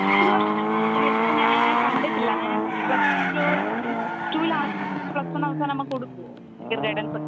ഏതു വർഷമാണ് മേം ഞാനതിനെ കണ്ടിട്ടില്ല മേം ഞാൻ പ്ലസ് റ്റു പ്ലസ്റ്റൂവിലാണോ പ്ലസ് വൺ അവസാനാമാകുമ്പോള് കൊടുക്കുമോ കരിയർ ഗൈഡൻസൊക്കെ